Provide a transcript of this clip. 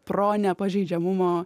pro nepažeidžiamumo